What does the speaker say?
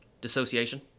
dissociation